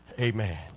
Amen